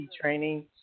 training